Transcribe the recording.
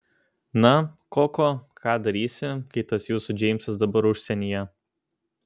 na koko ką darysi kai tas jūsų džeimsas dabar užsienyje